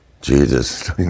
Jesus